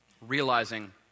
realizing